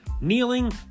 kneeling